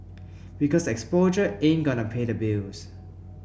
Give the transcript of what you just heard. because exposure ain't gonna pay the bills